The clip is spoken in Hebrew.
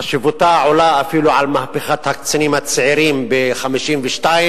חשיבותה עולה אפילו על מהפכת הקצינים הצעירים ב-1952.